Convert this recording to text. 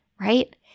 right